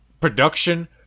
production